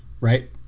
right